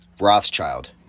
Rothschild